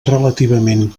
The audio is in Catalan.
relativament